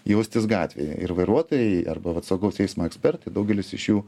jaustis gatvėje ir vairuotojai arba vat saugaus eismo ekspertai daugelis iš jų